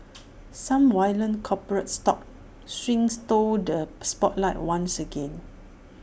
some violent corporate stock swings stole the spotlight once again